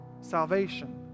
salvation